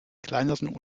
kleineren